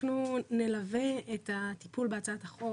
אנחנו נלווה את הטיפול בהצעת החוק.